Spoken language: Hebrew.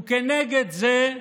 וכנגד זה,